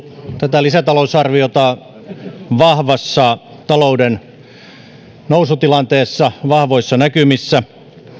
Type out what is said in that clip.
tätä lisätalousarviota vahvassa talouden nousutilanteessa vahvoissa näkymissä